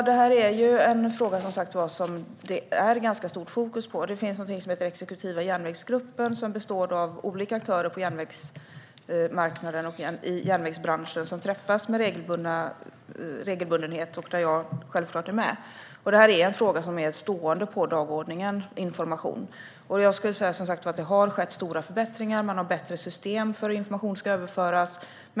Fru talman! Det är, som sagt, ganska stort fokus på denna fråga. Det finns någonting som heter exekutiva järnvägsgruppen, som består av olika aktörer på järnvägsmarknaden och i järnvägsbranschen, som träffas med jämna mellanrum. Jag är självklart med i denna grupp, och frågan om information är stående på dagordningen. Jag skulle, som sagt, vilja säga att det har skett stora förbättringar. Man har bättre system för hur information ska överföras.